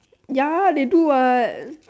ya they two what